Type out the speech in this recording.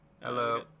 Hello